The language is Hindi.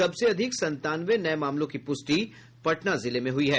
सबसे अधिक संतानवे नये मामलों की प्रष्टि पटना जिले में हुई है